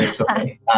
okay